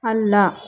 ಅಲ್ಲ